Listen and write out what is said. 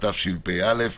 התשפ"א-2020.